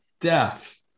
death